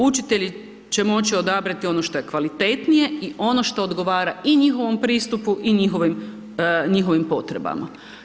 Učitelji će moći odabrati ono što je kvalitetnije i ono što odgovara i njihovom pristupu i njihovim potrebama.